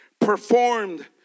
performed